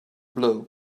blow